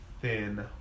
thin